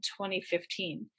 2015